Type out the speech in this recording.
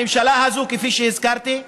הממשלה הזאת, כפי שהזכרתי,